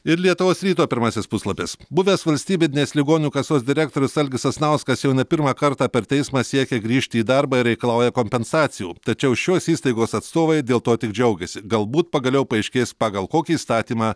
ir lietuvos ryto pirmasis puslapis buvęs valstybinės ligonių kasos direktorius algis sasnauskas jau ne pirmą kartą per teismą siekia grįžti į darbą ir reikalauja kompensacijų tačiau šios įstaigos atstovai dėl to tik džiaugiasi galbūt pagaliau paaiškės pagal kokį įstatymą